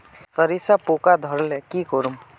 सरिसा पूका धोर ले की करूम?